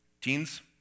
Teens